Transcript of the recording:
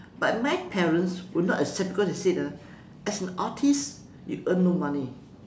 but my parents would not accept because they said ah as an artist you earn no money